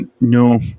No